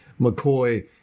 mccoy